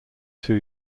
two